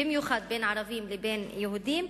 במיוחד בין ערבים לבין יהודים,